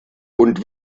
und